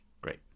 Great